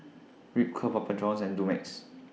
Ripcurl Papa Johns and Dumex